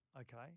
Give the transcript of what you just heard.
okay